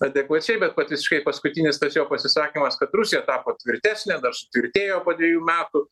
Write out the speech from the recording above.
adekvačiai bet visiškai paskutinis tas jo pasisakymas kad rusija tapo tvirtesnė sutvirtėjo po dviejų metų